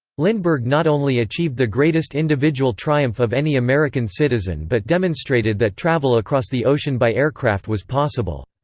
lindbergh not only achieved the greatest individual triumph of any american citizen but demonstrated that travel across the ocean by aircraft was possible.